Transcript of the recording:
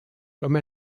comme